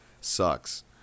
sucks